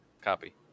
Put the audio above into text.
Copy